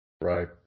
Right